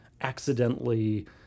accidentally